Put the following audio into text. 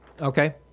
Okay